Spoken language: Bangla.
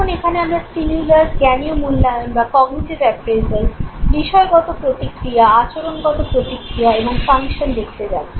এখন এখানে আমরা স্টিমিউলাস জ্ঞানীয় মূল্যায়ন বা কগ্নিটিভ অ্যাপ্রেইজাল বিষয়গত প্রতিক্রিয়া আচরণগত প্রতিক্রিয়া এবং ফাংশন দেখতে যাচ্ছি